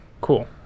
cool